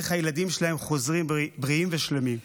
איך הילדים שלהם חוזרים בריאים ושלמים.